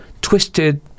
twisted